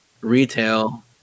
retail